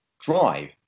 drive